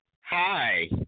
Hi